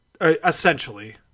essentially